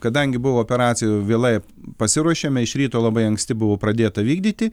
kadangi buvo operacija vėlai pasiruošėme iš ryto labai anksti buvo pradėta vykdyti